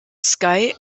sky